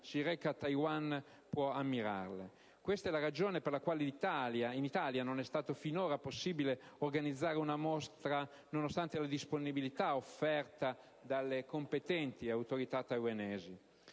si reca a Taiwan può ammirare. Questa è la ragione per la quale, in Italia, non è stato finora possibile organizzare una mostra nonostante la disponibilità offerta dalle competenti autorità taiwanesi.